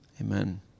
amen